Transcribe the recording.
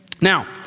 Now